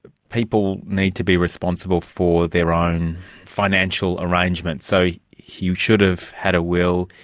people need to be responsible for their own financial arrangements? so he should have had a will,